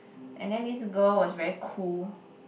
and then this girl was very cool